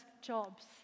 jobs